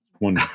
one